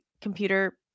computer